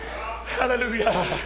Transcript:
Hallelujah